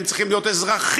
הם צריכים להיות אזרחים,